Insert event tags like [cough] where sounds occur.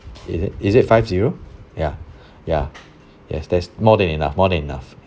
is it is it five zero ya [breath] ya yes that's more than enough more than enough